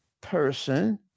person